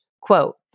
Quote